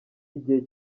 igihe